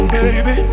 baby